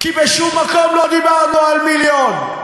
כי בשום מקום לא דיברנו על מיליון.